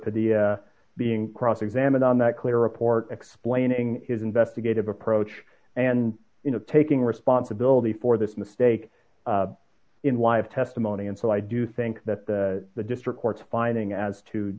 for the being cross examined on that clear report explaining his investigative approach and you know taking responsibility for this mistake in live testimony and so i do think that the district court's finding a